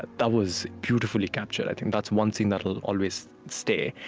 that was beautifully captured, i think. that's one scene that'll always stay.